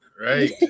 Right